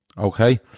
Okay